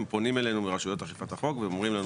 הם פונים אלינו רשויות אכיפת החוק ואומרים לנו.